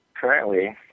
Currently